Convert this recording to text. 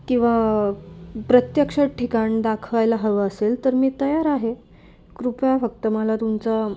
किंवा प्रत्यक्षात ठिकाण दाखवायला हवं असेल तर मी तयार आहे कृपया फक्त मला तुमचा